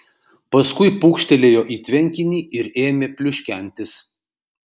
paskui pūkštelėjo į tvenkinį ir ėmė pliuškentis